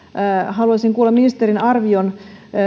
haluaisin kuulla ministerin arvion